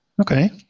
Okay